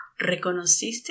Reconociste